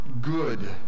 good